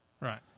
Right